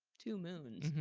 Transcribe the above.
two moons.